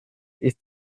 ist